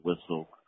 whistle